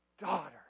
daughter